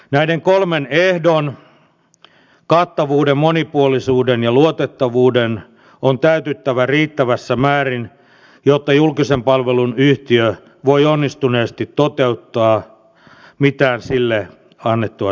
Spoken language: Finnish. näiden kolmen ehdon kattavuuden monipuolisuuden ja luotettavuuden on täytyttävä riittävässä määrin jotta julkisen palvelun yhtiö voi onnistuneesti toteuttaa mitään sille annettua tehtävää